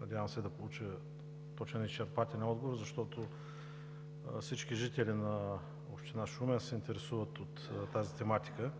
надявам да получа точен и изчерпателен отговор, защото всички жители на община Шумен се интересуват от тази тематика.